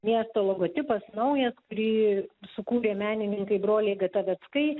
miesto logotipas naujas kurį sukūrė menininkai broliai gataveckai